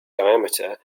diameter